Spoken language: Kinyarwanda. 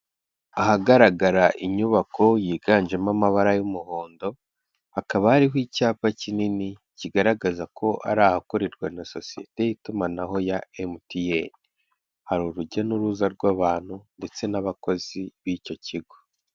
Ahagaragara inyubako yiganjemo amabara y'umuhondo, hakaba hariho icyapa kinini kigaragaza ko ari ahakorerwa na sosiyete y'itumanaho ya MTN, hari urujya n'uruza rw'abantu ndetse n'abakozi b'icyo kigo.